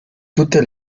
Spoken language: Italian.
tutte